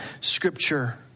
Scripture